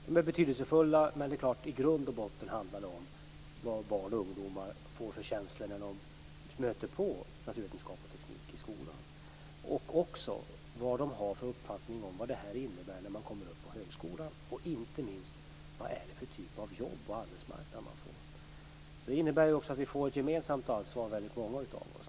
De är betydelsefulla, men i grund och botten handlar det självfallet om vilka känslor barn och ungdomar får när de stöter på naturvetenskap och teknik i skolan, om vilken uppfattning de har om innebörden av dessa ämnen när de kommer upp i högskolan och, inte minst, om vilken typ av jobb dessa ämnen leder till på arbetsmarknaden. Detta innebär att många har ett gemensamt ansvar i detta sammanhang.